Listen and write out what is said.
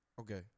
Okay